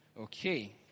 Okay